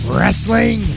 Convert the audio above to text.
Wrestling